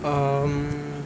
um